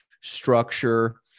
structure